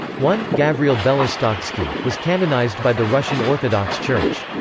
one, gavriil belostoksky, was canonized by the russian orthodox church.